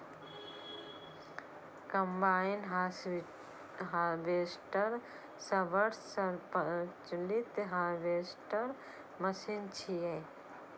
combine harvester सबसं प्रचलित harvester machine छियै